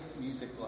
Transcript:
Music